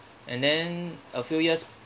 and then a few years